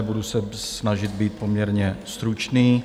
Budu se snažit být poměrně stručný.